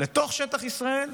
לתוך שטח ישראל?